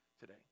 today